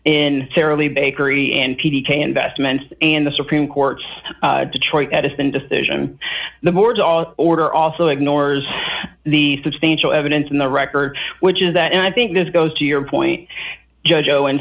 in sarah lee bakery and p k investments and the supreme court's detroit edison decision the board's all order also ignores the substantial evidence in the record which is that and i think this goes to your point judge owens